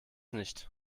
nicht